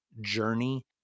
journey